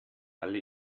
alle